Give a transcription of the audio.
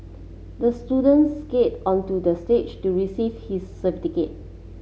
the student skated onto the stage to receive his